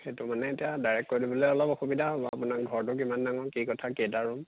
সেইটো মানে এতিয়া ডাইৰেক্ট কৈ দিবলৈ অলপ অসুবিধা হ'ব আপোনাক ঘৰটো কিমান ডাঙৰ কি কথা কেইটা ৰুম